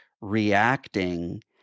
reacting